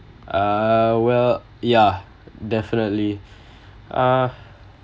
uh well ya definitely uh